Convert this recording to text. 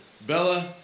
Bella